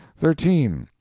thirteen.